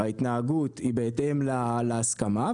ההתנהגות היא בהתאם להסכמה,